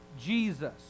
Jesus